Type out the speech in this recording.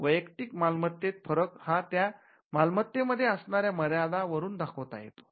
वैयक्तीक मालमत्तेतील फरक हा त्या मालमत्तेमध्ये असणाऱ्या मर्यादा वरून दाखवता येतो